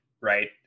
right